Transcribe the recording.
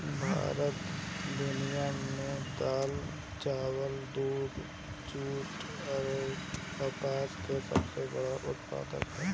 भारत दुनिया में दाल चावल दूध जूट आउर कपास का सबसे बड़ा उत्पादक ह